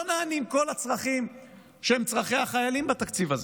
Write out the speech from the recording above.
לא נענים כל הצרכים שהם צורכי החיילים בתקציב הזה.